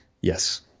Yes